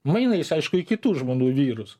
mainais aišku į kitų žmonų vyrus